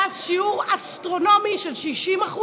שהיה אז שיעור אסטרונומי של 60%,